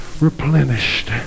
replenished